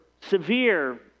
severe